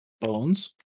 Bones